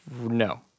no